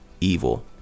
Evil